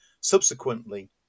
subsequently